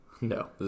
No